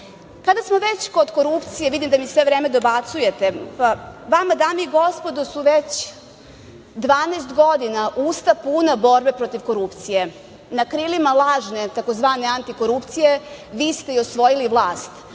smo već kod korupcije, vidim da mi sve vreme dobacujete, pa vama, dame i gospodo, su već 12 godina usta puna borbe protiv korupcije. Na krilima lažne tzv. antikorupcije vi ste i osvojili vlast.